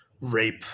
rape